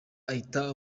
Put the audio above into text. ahita